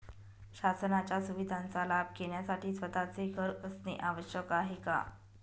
शासनाच्या सुविधांचा लाभ घेण्यासाठी स्वतःचे घर असणे आवश्यक आहे का?